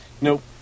Nope